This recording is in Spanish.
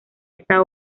esta